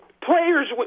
players